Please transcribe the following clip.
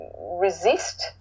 resist